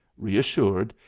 reassured,